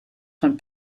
von